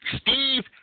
Steve